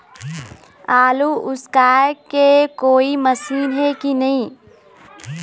आलू उसकाय के कोई मशीन हे कि नी?